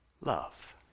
love